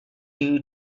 you